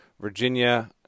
Virginia